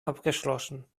abgeschlossen